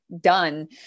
done